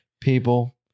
people